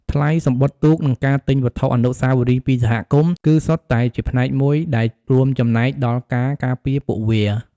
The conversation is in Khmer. ថ្លៃសំបុត្រទូក និងការទិញវត្ថុអនុស្សាវរីយ៍ពីសហគមន៍ គឺសុទ្ធតែជាផ្នែកមួយដែលរួមចំណែកដល់ការការពារពួកវា ។